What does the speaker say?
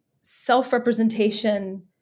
self-representation